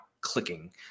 clicking